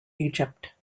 egypt